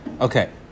Okay